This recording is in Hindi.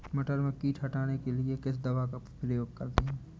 मटर में कीट हटाने के लिए किस दवा का प्रयोग करते हैं?